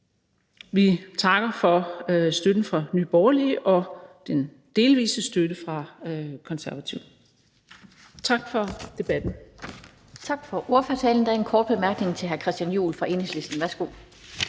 vi takker for støtten fra Nye Borgerlige og den delvise støtte fra Konservative. Tak for debatten. Kl. 19:16 Den fg. formand (Annette Lind): Tak for ordførertalen. Der er en kort bemærkning fra hr. Christian Juhl fra Enhedslisten. Værsgo.